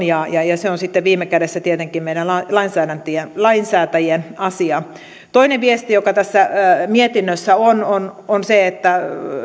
ja ja se on sitten viime kädessä tietenkin meidän lainsäätäjien asia toinen viesti joka tässä mietinnössä on on on se että